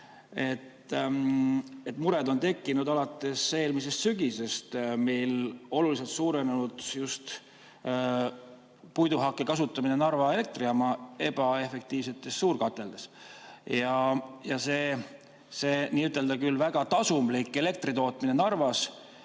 et mured on tekkinud alates eelmisest sügisest, kui on oluliselt suurenenud just puiduhakke kasutamine Narva Elektrijaamade ebaefektiivsetes suurkateldes. Selle nii‑öelda väga kasumliku elektritootmise Narvas